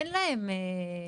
אין בהן ממש.